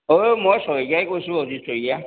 অ' মই শইকীয়াই কৈছোঁ অজিত শইকীয়া